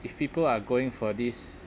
if people are going for this